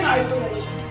isolation